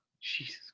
Jesus